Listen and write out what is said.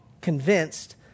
Convinced